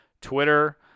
Twitter